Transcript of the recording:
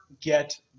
get